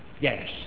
Yes